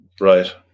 Right